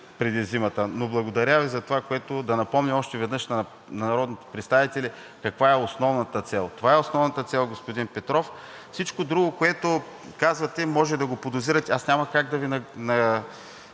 подкрепа – особено преди зимата. Да напомня още веднъж на народните представители каква е основната цел. Това е основната цел, господин Петров, а всичко друго, което казвате, може да го подозирате. Аз няма как да Ви